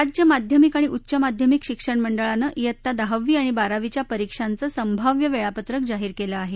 राज्य माध्यमिक आणि उच्च माध्यमिक शिक्षण मंडळानं डित्ता दहावी आणि बारावीच्या परीक्षांचं संभाव्य वेळापत्रक जाहीर केलं आहे